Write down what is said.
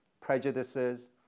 prejudices